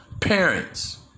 parents